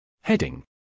Heading